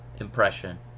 impression